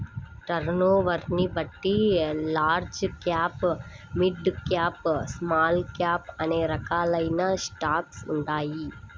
టర్నోవర్ని బట్టి large cap, mid cap, small cap అనే రకాలైన స్టాక్స్ ఉంటాయి